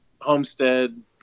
Homestead